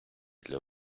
для